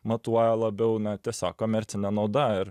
matuoja labiau na tiesiog komercine nauda ir